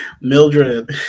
Mildred